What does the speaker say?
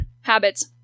habits